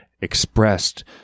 expressed